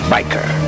Biker